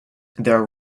their